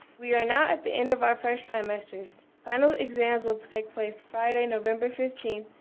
we are now at the end of our first trimesters. final exams will take place friday, november fifteen,